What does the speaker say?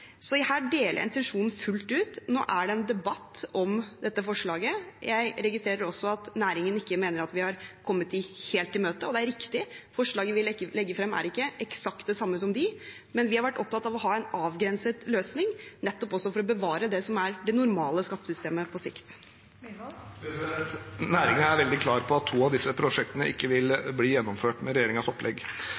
Her deler jeg intensjonen fullt ut. Nå er det en debatt om dette forslaget. Jeg registrerer også at næringen mener vi ikke har kommet dem helt i møte, og det er riktig. Forslaget vi legger frem, er ikke eksakt det samme som deres, men vi har vært opptatt av å ha en avgrenset løsning nettopp for å bevare det normale skattesystemet på sikt. Næringen er veldig klar på at to av disse prosjektene ikke vil bli gjennomført med regjeringens opplegg.